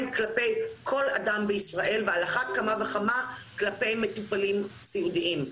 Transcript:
כלפי כל אדם בישראל ועל אחת כמה וכמה כלפי מטופלים סיעודיים.